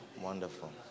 Wonderful